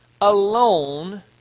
alone